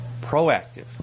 proactive